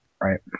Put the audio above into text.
Right